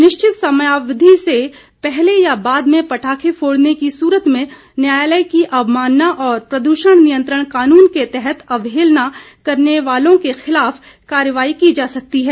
निश्चित समयावधि से पहले या बाद में पटाखे फोड़ने की सूरत में न्यायालय की अवमानना और प्रदूषण नियंत्रण कानून के तहत अवहेलना करने वालों के खिलाफ कार्रवाई की जा सकती है